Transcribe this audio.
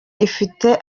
ifite